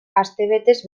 astebetez